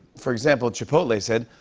for example, chipotle said,